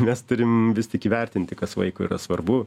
mes turim vis tik įvertinti kas vaikui yra svarbu